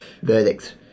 Verdict